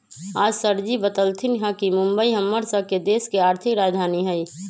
आज सरजी बतलथिन ह कि मुंबई हम्मर स के देश के आर्थिक राजधानी हई